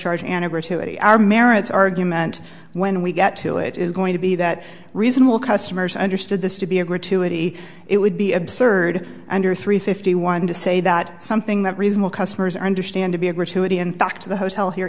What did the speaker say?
charge and our merits argument when we get to it is going to be that reasonable customers understood this to be a gratuity it would be absurd under three fifty one to say that something that reasonable customers understand to be a gratuity in fact the hotel here